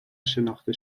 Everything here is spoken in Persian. شناخته